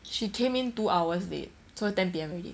she came in two hours late so ten P_M already